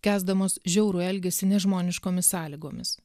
kęsdamos žiaurų elgesį nežmoniškomis sąlygomis